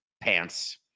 pants